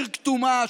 עיר כתומה,